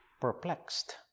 perplexed